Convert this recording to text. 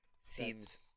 seems